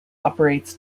operates